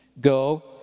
go